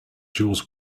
jaws